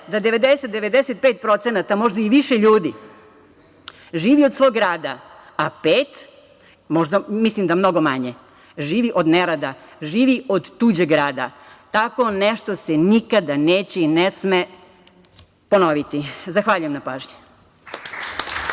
da 90, 95%, možda i više ljudi živi od svog rada, a pet, mislim da mnogo manje živi od nerada, živi od tuđeg rada. Tako nešto se nikada neće i ne sme ponoviti. Zahvaljujem na pažnji.